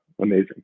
amazing